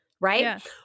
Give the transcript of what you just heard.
Right